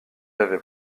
avais